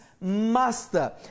Master